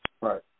Right